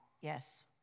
Yes